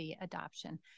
adoption